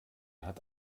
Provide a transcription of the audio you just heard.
hat